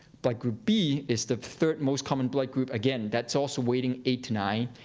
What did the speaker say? but group b is the third most common blood group, again that's also waiting eight to nine.